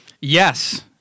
Yes